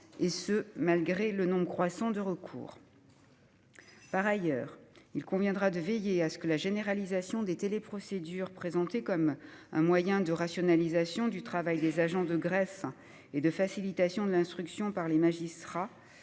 et ce malgré le nombre croissant de recours. Par ailleurs, il conviendra de veiller à ce que la généralisation des téléprocédures, présentée comme un moyen de rationalisation du travail des agents de greffe et de facilitation de l'instruction par les magistrats,